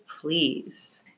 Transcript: please